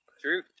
true